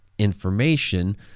information